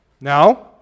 Now